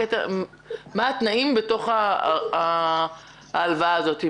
מה התנאים בתוך ההלוואה הזאת?